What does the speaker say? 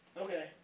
Okay